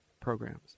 programs